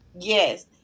Yes